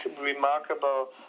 remarkable